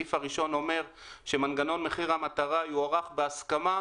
הסעיף הראשון אומר שמנגנון מחיר המטרה יוארך בהסכמה,